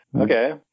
Okay